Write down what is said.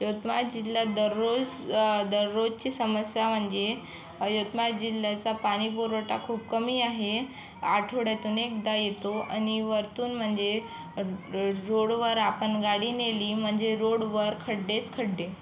यवतमाळ जिल्ह्यात दररोज दररोजची समस्या म्हणजे अ यवतमाळ जिल्ह्याचा पानीपुरवठा खूप कमी आहे आठवड्यातून एकदा येतो आणि वरून म्हणजे र र रोडवर आपण गाडी नेली म्हणजे रोडवर खड्डेच खड्डे